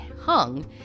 hung